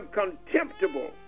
contemptible